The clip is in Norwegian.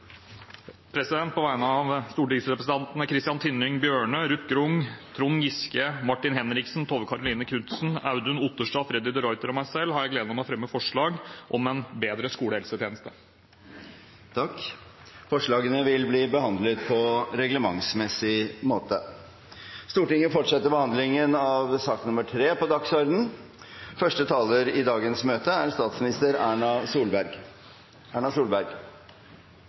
På vegne av stortingsrepresentantene Christian Tynning Bjørnø, Ruth Mari Grung, Trond Giske, Martin Henriksen, Tove Karoline Knutsen, Audun Otterstad, Freddy de Ruiter og meg selv har jeg gleden av å fremme forslag om en bedre skolehelsetjeneste. Forslagene vil bli behandlet på reglementsmessig måte. Man fortsatte behandlingen av